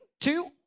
two